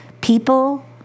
people